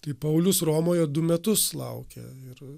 tai paulius romoje du metus laukė ir